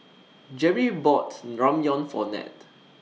Jerri bought Ramyeon For Nat